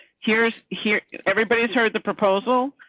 here's here everybody's heard the proposal.